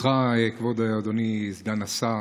ברשותך, אדוני, כבוד סגן השר,